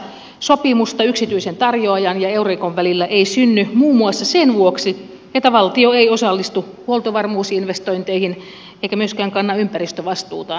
sopimusta yksityisen tarjoajan ja eurencon välillä ei synny muun muassa sen vuoksi että valtio ei osallistu huoltovarmuusinvestointeihin eikä myöskään kanna ympäristövastuutaan